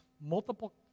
multiple